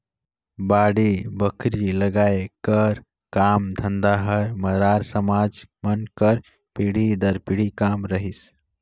बाड़ी बखरी लगई कर काम धंधा हर मरार समाज मन कर पीढ़ी दर पीढ़ी काम रहिस